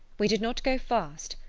we did not go fast,